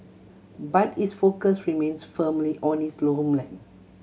but his focus remains firmly on his homeland